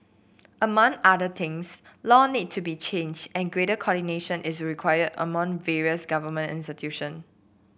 among other things law need to be changed and greater coordination is required among various government institution